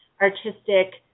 artistic